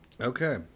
Okay